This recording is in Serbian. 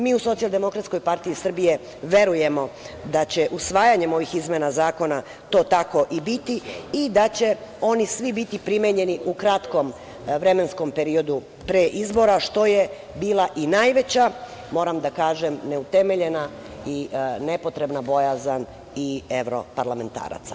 Mi u SDPS verujemo da će usvajanjem ovih izmena zakona to tako i biti, i da će oni svi biti primenjeni u kratkom vremenskom periodu pre izbora što je bila i najveća, moram da kažem, neutemeljena i nepotrebna, bojazan i evroparlamentaraca.